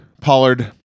Pollard